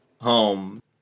home